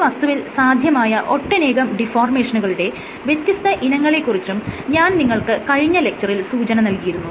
ഒരു വസ്തുവിൽ സാധ്യമായ ഒട്ടനേകം ഡിഫോർമേഷനുകളുടെ വ്യത്യസ്ത ഇനങ്ങളെ കുറിച്ചും ഞാൻ നിങ്ങൾക്ക് കഴിഞ്ഞ ലെക്ച്ചറിൽ സൂചന നൽകിയിരുന്നു